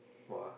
what ah